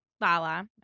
Lala